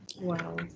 Wow